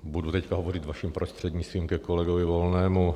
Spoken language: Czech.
Budu teď hovořit, vaším prostřednictvím, ke kolegovi Volnému.